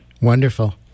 Wonderful